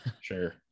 Sure